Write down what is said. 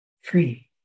Free